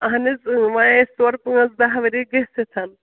اَہن حظ وۄنۍ آیَس تورٕ پانٛژھ دَہ ؤری گٔژھِتھ